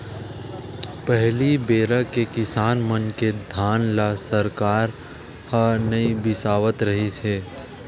पहली बेरा के किसान मन के धान ल सरकार ह नइ बिसावत रिहिस हे